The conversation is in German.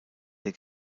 der